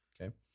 Okay